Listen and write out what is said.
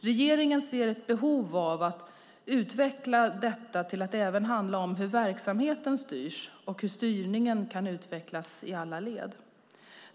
Regeringen ser ett behov av att utveckla detta till att även handla om hur verksamheten styrs och hur styrningen kan utvecklas i alla led.